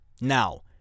now